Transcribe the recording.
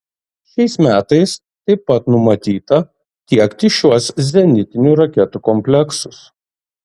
šiais metais taip pat numatyta tiekti šiuos zenitinių raketų kompleksus